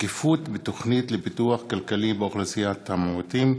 שקיפות בתוכנית לפיתוח כלכלי באוכלוסיית המיעוטים,